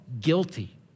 guilty